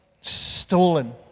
stolen